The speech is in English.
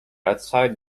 outside